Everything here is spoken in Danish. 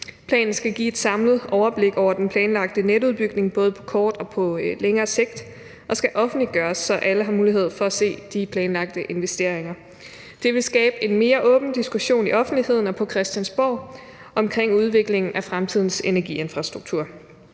Planen skal give et samlet overblik over den planlagte netudbygning både på kort og på længere sigt og skal offentliggøres, så alle har mulighed for at se de planlagte investeringer. Det vil skabe en mere åben diskussion i offentligheden og på Christiansborg omkring udviklingen af fremtidens energiinfrastruktur.